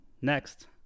next